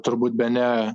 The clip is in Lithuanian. turbūt bene